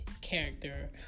character